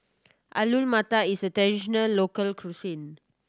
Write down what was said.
Alu Matar is a traditional local cuisine